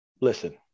listen